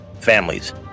families